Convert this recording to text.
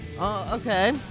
okay